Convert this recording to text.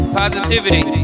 positivity